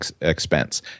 expense